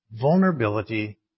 vulnerability